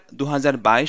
2022